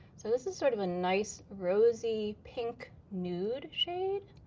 so this is sort of a nice rosy pink nude shade,